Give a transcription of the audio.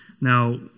Now